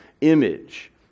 image